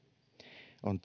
on